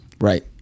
Right